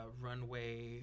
runway